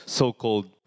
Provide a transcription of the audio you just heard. so-called